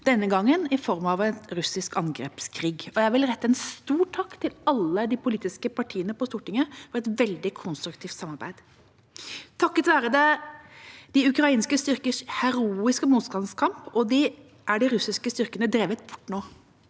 denne gangen i form av en russisk angrepskrig. Jeg vil rette en stor takk til alle de politiske partiene på Stortinget for et veldig konstruktivt samarbeid. Takket være de ukrainske styrkers heroiske motstandskamp er de russiske styrkene nå drevet bort fra